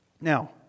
Now